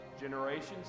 generations